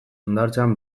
hondartzan